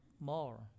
more